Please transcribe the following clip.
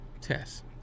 test